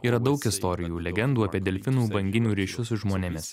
yra daug istorijų legendų apie delfinų banginių ryšius su žmonėmis